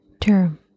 term